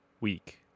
week